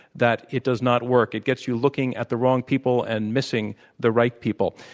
that it does not work. it gets you looking at the wrong people and missing the right people.